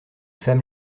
femmes